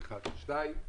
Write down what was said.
שנית,